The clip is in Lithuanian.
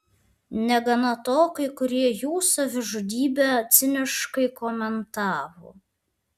negana to kai kurie jų savižudybę ciniškai komentavo